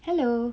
hello